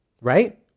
Right